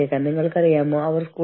അതിനാൽ നിങ്ങൾ ആളുകളെ അയയ്ക്കുന്നു